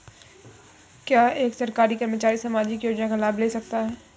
क्या एक सरकारी कर्मचारी सामाजिक योजना का लाभ ले सकता है?